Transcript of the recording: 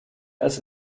als